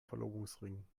verlobungsring